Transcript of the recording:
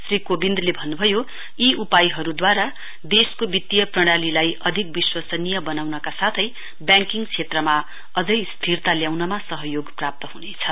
श्री कोबिन्दले भन्नुभयो यी उपायहरुदूवारा देशको वितीय प्रणालीलाई अधिक विश्वसनीय बनाउनका साथै ब्याङ्किक क्षेत्रमा अझै स्थिरता ल्याउनमा सहयोग प्राप्त ह्नेछ